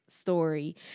story